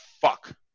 fuck